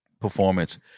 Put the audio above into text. performance